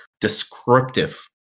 descriptive